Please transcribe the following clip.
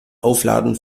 aufladen